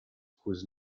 whose